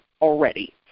already